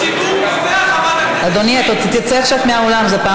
הציבור קובע, חברת הכנסת סויד.